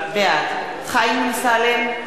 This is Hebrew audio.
בעד חיים אמסלם,